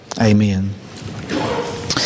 Amen